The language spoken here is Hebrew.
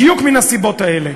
בדיוק מן הסיבות האלה.